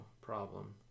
problem